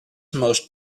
most